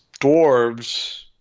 dwarves